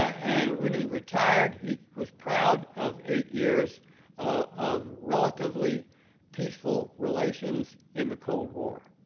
and when he retired he was proud of eight years of relatively peaceful relations in the cold war.